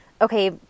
okay